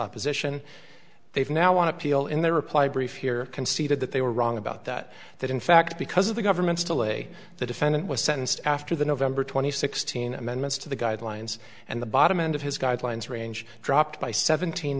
opposition they've now want to appeal in their reply brief here conceded that they were wrong about that that in fact because of the government's delay the defendant was sentenced after the november twenty sixth seen amendments to the guidelines and the bottom end of his guidelines range dropped by seventeen